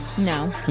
No